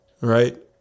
Right